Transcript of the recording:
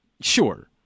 Sure